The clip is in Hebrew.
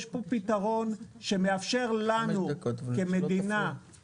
יש פה פתרון שמאפשר לנו כמדינה,